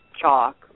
chalk